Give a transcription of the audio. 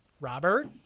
Robert